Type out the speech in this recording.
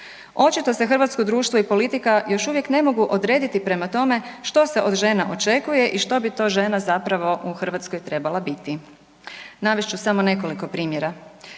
Očito se hrvatsko društvo i politika još uvijek ne mogu odrediti prema tome što se od žena očekuje i što bi to žena zapravo u Hrvatskoj trebala biti. Navest ću samo nekoliko primjera.